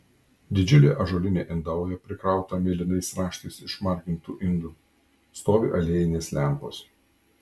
didžiulė ąžuolinė indauja prikrauta mėlynais raštais išmargintų indų stovi aliejinės lempos